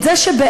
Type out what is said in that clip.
את זה שבעצם,